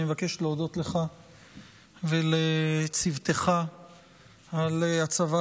אני מבקש להודות לך ולצוותך על הצבת